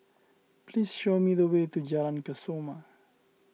please show me the way to Jalan Kesoma